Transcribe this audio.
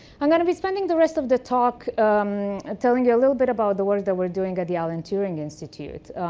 i'm going to be spending the rest of the talk telling you a little bit about the work that we're doing at the alan thank youing institute,